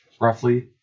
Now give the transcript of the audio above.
roughly